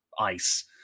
ice